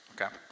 okay